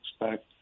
expect